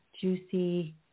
Juicy